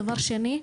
דבר שני,